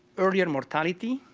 earley and mortality,